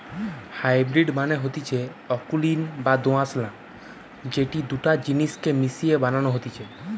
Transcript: hybrid মানে হতিছে অকুলীন বা দোআঁশলা যেটি দুটা জিনিস কে মিশিয়ে বানানো হতিছে